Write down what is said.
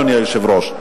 אדוני היושב-ראש.